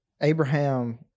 Abraham